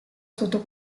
sotto